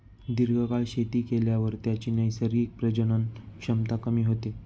दीर्घकाळ शेती केल्यावर त्याची नैसर्गिक प्रजनन क्षमता कमी होते